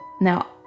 Now